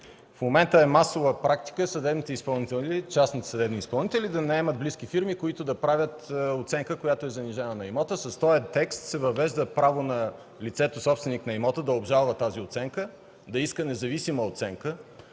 В момента е масова практика частните съдебните изпълнители да наемат близки фирми, които да правят оценка на имота, която е занижена. С този текст се въвежда право на лицето, собственик на имота, да обжалва тази оценка, да иска друга независима оценка